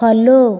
follow